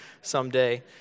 someday